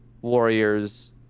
Warriors